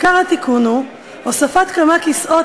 עיקר התיקון הוא הוספת כמה כיסאות